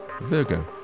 Virgo